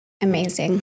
Amazing